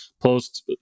post